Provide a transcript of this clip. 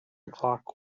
clock